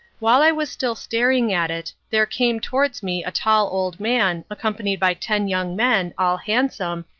while i was still staring at it, there came towards me a tall old man, accompanied by ten young men, all handsome,